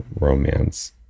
romance